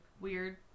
weird